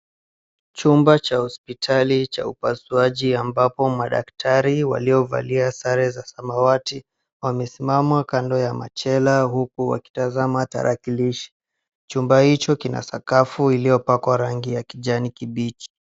Chumba cha hospitali cha upasuaji ambapo madaktari walio valia sare za samawati wamesimama kando ya machela huku wakitazama tarakilishi. Chumba hicho kina sakafu iliyopakwa rangi ya kijani kibichi.